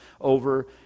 over